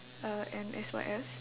uh and S_Y_Fs